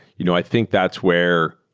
you know i think that's where,